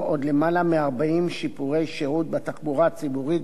שיפורי שירות בתחבורה הציבורית ביישובים ערביים.